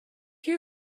you